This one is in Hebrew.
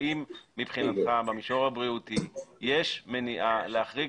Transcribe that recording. האם מבחינתך במישור הבריאותי יש מניעה להחריג